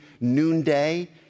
noonday